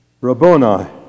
Rabboni